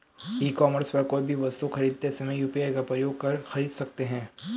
ई commerce पर कोई भी वस्तु खरीदते समय यू.पी.आई का प्रयोग कर खरीद सकते हैं